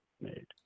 made